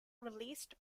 released